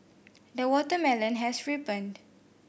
the watermelon has ripened